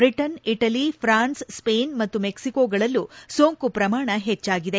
Britain Italy France Spain ಮತ್ತು ಮೆಕ್ಸಿಕೋಗಳಲ್ಲೂ ಸೋಂಕು ಪ್ರಮಾಣ ಹೆಚ್ಚಾಗಿದೆ